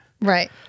Right